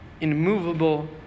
immovable